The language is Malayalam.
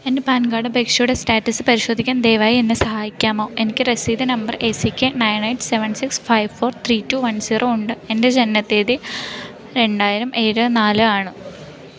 എന്റെ പാൻ കാർഡ് അപേക്ഷയുടെ സ്റ്റാറ്റസ്സ് പരിശോധിക്കാൻ ദയവായി എന്നെ സഹായിക്കാമോ എനിക്ക് രസീത് number A C K nine eight seven six five four three two one zero ഉണ്ട് എന്റെ ജനന തീയ്യതി രണ്ടായിരം ഏഴ് നാല് ആണ്